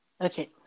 Okay